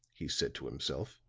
he said to himself.